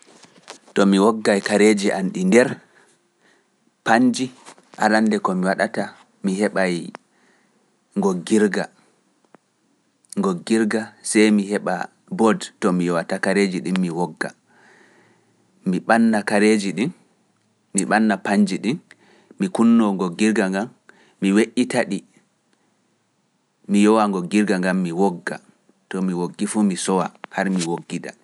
To mi woggay kareeji am ɗi nder, pannji, arannde ko mi waɗata mi heɓay ngoggirga, goggirga sey mi heɓa board to mi yowata kareeji ɗin mi wogga, mi ɓanna kareeji ɗin, mi ɓanna pannji ɗin, mi kunnoo ngoggirga ngan, mi we"ita-ɗi, mi yowa ngoggirga ngan mi wogga, to mi woggi fuu mi sowa, har mi woggida.